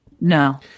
No